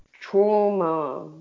trauma